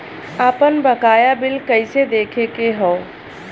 आपन बकाया बिल कइसे देखे के हौ?